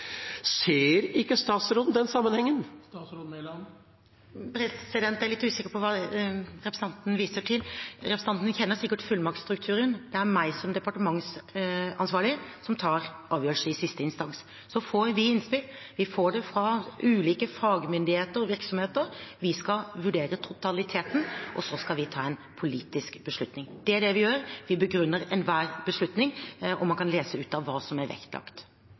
Ser ikke statsråden den sammenhengen? Jeg er litt usikker på hva representanten viser til. Representanten kjenner sikkert til fullmaktsstrukturen. Det er jeg som departementsansvarlig som tar avgjørelser i siste instans. Vi får innspill – vi får det fra ulike fagmyndigheter og virksomheter. Vi skal vurdere totaliteten, og så skal vi ta en politisk beslutning. Det er det vi gjør. Vi begrunner enhver beslutning – man kan lese ut av den hva som er vektlagt.